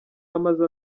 amaze